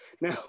Now